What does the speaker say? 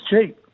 cheap